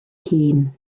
hun